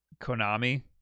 Konami